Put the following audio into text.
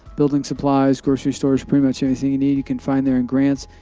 building supplies, grocery stores, pretty much anything you need you can find there in grants.